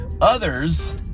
Others